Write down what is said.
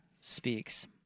speaks